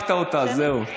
אם זה ייכנס, שיחקת אותה, זהו.